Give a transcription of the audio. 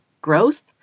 growth